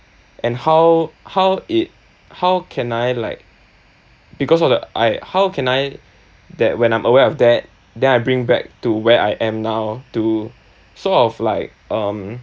and how how it how can I like because of that I how can I that when I'm aware of that then I bring back to where I am now to sort of like um